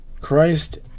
Christ